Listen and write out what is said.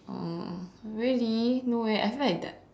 uh really no eh I feel like the